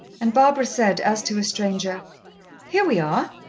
and barbara said, as to a stranger here we are.